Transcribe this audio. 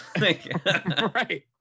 Right